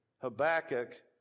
Habakkuk